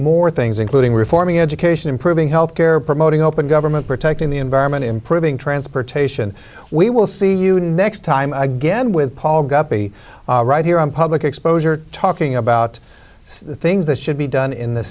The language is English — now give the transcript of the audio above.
more things including reforming education improving health care promoting open government protecting the environment improving transportation we will see you next time again with paul guppy right here on public exposure talking about the things that should be done in th